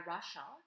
Russia